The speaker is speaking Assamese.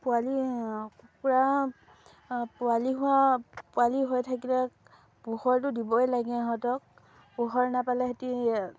পোৱালি কুকুৰা পোৱালি হোৱা পোৱালী হৈ থাকিলে পোহৰটো দিবই লাগে ইহঁতক পোহৰ নাপালে সিহঁতি